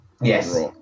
Yes